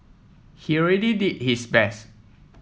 he already did his best